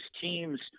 teams